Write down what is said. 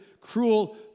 cruel